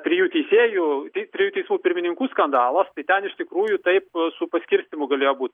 trijų teisėjų trijų teismų pirmininkų skandalas tai ten iš tikrųjų taip su paskirstymu galėjo būt